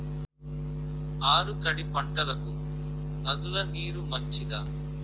ఆరు తడి పంటలకు నదుల నీరు మంచిదా?